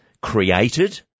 created